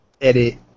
edit